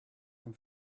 from